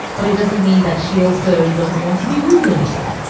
but it doesn't mean that she also doesn't want to be wooed a little